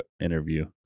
interview